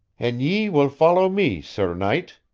an ye will follow me, sir knight,